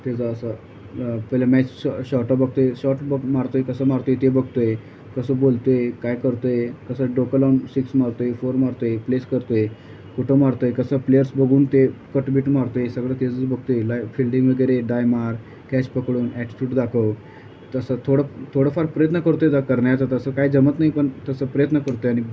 त्याचं असं पहिले मॅच शॉ शॉर्टं बघतो आहे शॉर्ट बग मारतो आहे कसा मारतो आहे ते बघतो आहे कसं बोलतो आहे काय करतो आहे कसं डोक लावून सिक्स मारतो आहे फोर मारतो आहे प्लेस करतो आहे कुठं मारतो आहे कसं प्लेयर्स बघून ते कट बीट मारतं आहे सगळं त्याचंच बघतो आहे लाई फिल्डिंग वगैरे डाय मार कॅश पकडून ॲटिट्यूट दाखव तसं थोडं थोडंफार प्रयत्न करतो आहे तर करण्याचा तसं काय जमत नाही पण तसं प्रयत्न करतो आहे आणि